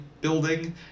building